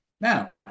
Now